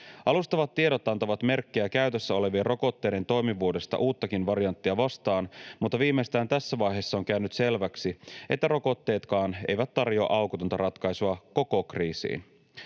Alustavat tiedot antavat merkkejä käytössä olevien rokotteiden toimivuudesta uuttakin varianttia vastaan, mutta viimeistään tässä vaiheessa on käynyt selväksi, että rokotteetkaan eivät tarjoa aukotonta ratkaisua koko kriisiin.